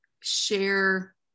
share